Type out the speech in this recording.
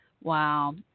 Wow